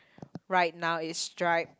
right now is stripe